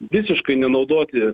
visiškai nenaudoti